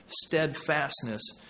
steadfastness